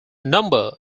number